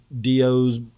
DO's